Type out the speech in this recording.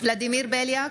ולדימיר בליאק,